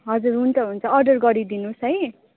हजुर हुन्छ हुन्छ अर्डर गरिदिनुहोस् है